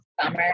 summer